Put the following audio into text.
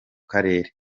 karere